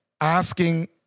asking